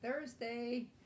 Thursday